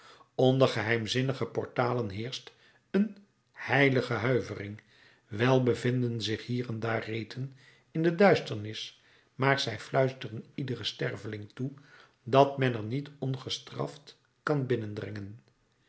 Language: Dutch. onder geheimzinnige portalen heerscht een heilige huivering wel bevinden zich hier en daar reten in de duisternis maar zij fluisteren iederen sterveling toe dat men er niet ongestraft kan binnendringen